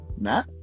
Matt